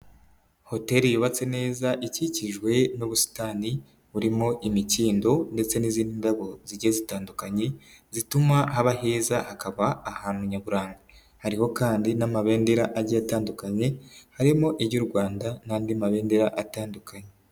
Hoteri yubatse neza ikikijwe n'ubusitani burimo imikindo ndetse n'izindi ndabo zigiye zitandukanye zituma haba heza hakaba ahantu nyaburanga, hariho kandi n'amabendera agiye atandukanye harimo iry'u Rwanda n'andi mabendera atandukanye.